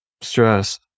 stress